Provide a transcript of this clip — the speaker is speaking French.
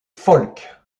folk